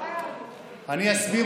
לא, אני אסביר.